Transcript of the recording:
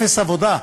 אפס עבודה.